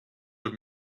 have